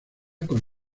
con